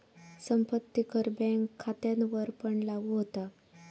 संपत्ती कर बँक खात्यांवरपण लागू होता